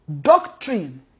doctrine